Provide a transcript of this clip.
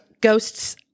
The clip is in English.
ghosts